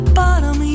bottom